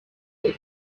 that